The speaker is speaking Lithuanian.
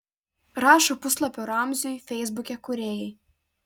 rašo puslapio ramziui feisbuke kūrėjai